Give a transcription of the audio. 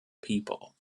people